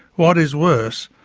what is worse,